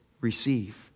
receive